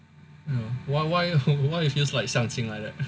why why it feels like 相亲 like that